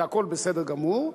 והכול בסדר גמור,